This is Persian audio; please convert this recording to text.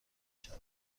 شود